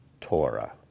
Torah